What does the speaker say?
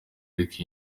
ariko